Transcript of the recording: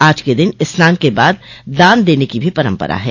आज के दिन स्नान के बाद दान देने की भी परम्परा है